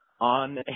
on